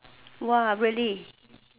!wah! really